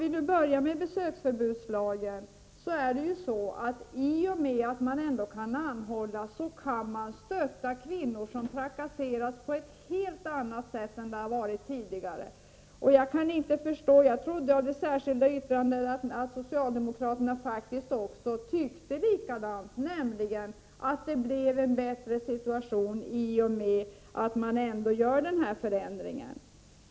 För att börja med besöksförbudslagen, är det ju så att i och med att man kan anhålla så kan man på ett helt annat sätt än tidigare stötta kvinnor som trakasseras. Jag trodde av det särskilda yttrandet att socialdemokraterna faktiskt också tyckte likadant, nämligen att det blev en bättre situation i och med att man ändå gör den här förändringen.